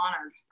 honored